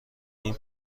این